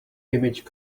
image